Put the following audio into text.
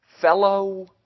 fellow